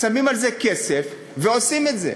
שמים על זה כסף ועושים את זה.